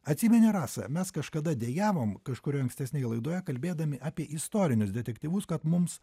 atsimeni rasa mes kažkada dejavom kažkurioj ankstesnėje laidoje kalbėdami apie istorinius detektyvus kad mums